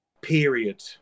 period